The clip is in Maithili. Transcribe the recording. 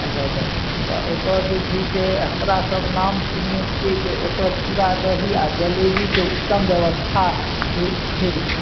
अच्छा अच्छा तऽ ओतऽ जे छै से हमरासभ नाम सुनने छिए जे ओतऽ चूड़ा दही आओर जिलेबीके उत्तम बेबस्था छै